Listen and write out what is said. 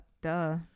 duh